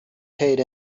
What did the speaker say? paid